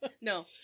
no